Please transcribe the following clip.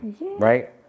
Right